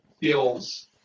Feels